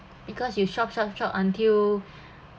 because you shop shop shop until